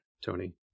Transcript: Tony